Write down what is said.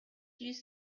use